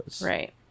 Right